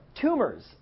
Tumors